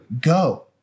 go